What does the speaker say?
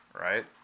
right